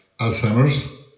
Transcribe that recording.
Alzheimer's